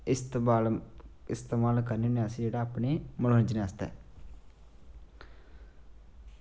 इस्तेमाल करने होन्ने अस जेह्ड़ा अपने मनोरंजन आस्तै